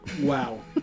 Wow